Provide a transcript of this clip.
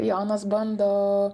jonas bando